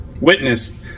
witness